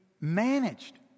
managed